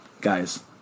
guys